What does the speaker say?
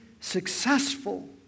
successful